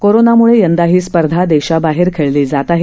कोरोनामुळे यंदा ही स्पर्धा देशाबाहेर खेळली जात आहे